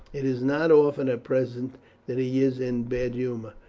it is not often at present that he is in bad humour.